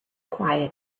quiet